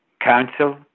council